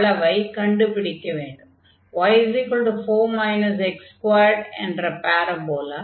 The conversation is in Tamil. y 4 x2 என்ற பாரபோலா